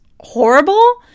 horrible